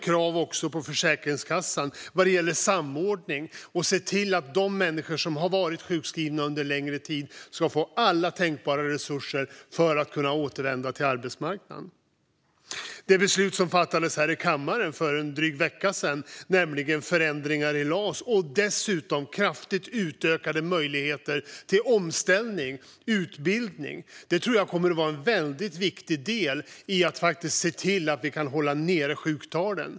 Kraven på Försäkringskassan ökade också vad gäller samordning och att se till att de människor som har varit sjukskrivna under längre tid får alla tänkbara resurser för att kunna återvända till arbetsmarknaden. Det beslut som fattades här i kammaren för en dryg vecka sedan, om förändringar i LAS och kraftigt utökade möjligheter till omställning och utbildning, tror jag kommer att vara en väldigt viktig del i att se till att vi kan hålla nere sjuktalen.